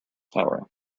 power